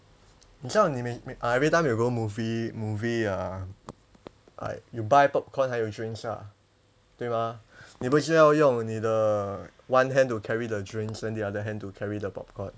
很像你 m~ m~ uh everytime you go movie movie uh like you buy popcorn 还要 drinks ah 对吗你不是要用你的 one hand to carry the drinks then the other hand to carry the popcorn